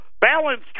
balance